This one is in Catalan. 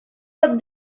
pot